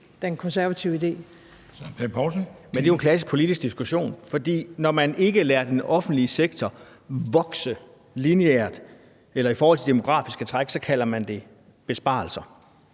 Søren Pape Poulsen (KF): Men det er jo en klassisk politisk diskussion, for når man ikke lader den offentlige sektor vokse lineært eller i forhold til det demografiske træk, så kalder man det besparelser.